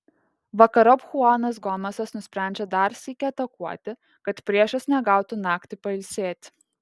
vakarop chuanas gomesas nusprendžia dar sykį atakuoti kad priešas negautų naktį pailsėti